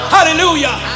Hallelujah